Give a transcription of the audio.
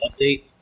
update